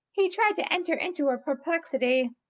he tried to enter into her perplexity.